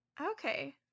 Okay